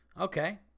Okay